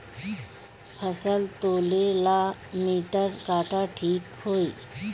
फसल तौले ला मिटर काटा ठिक होही?